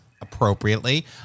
appropriately